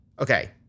Okay